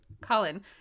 Colin